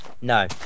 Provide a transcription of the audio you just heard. No